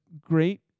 great